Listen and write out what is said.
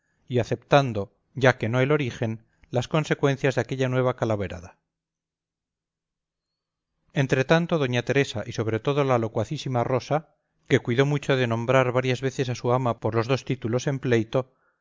y aceptando ya que no el origen las consecuencias de aquella nueva calaverada entretanto da teresa y sobre todo la locuacísima rosa que cuidó mucho de nombrar varias veces a su ama con los dos títulos en pleito